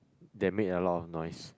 that made a lot of noise